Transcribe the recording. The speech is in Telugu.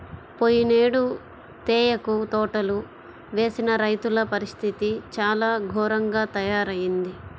పోయినేడు తేయాకు తోటలు వేసిన రైతుల పరిస్థితి చాలా ఘోరంగా తయ్యారయింది